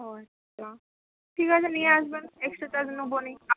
ও আচ্ছা ঠিক আছে নিয়ে আসবেন এক্সস্ট্রা চার্জ নেবো না